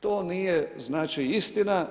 To nije znači istina.